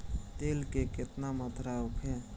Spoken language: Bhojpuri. तेल के केतना मात्रा होखे?